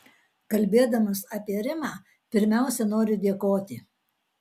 kalbėdamas apie rimą pirmiausia noriu dėkoti